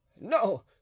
no